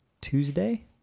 Tuesday